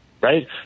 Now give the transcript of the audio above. right